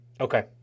okay